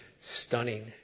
stunning